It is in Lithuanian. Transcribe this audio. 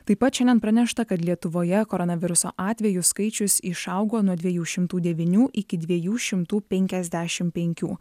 taip pat šiandien pranešta kad lietuvoje koronaviruso atvejų skaičius išaugo nuo dviejų šimtų devynių iki dviejų šimtų penkiasdešimt penkių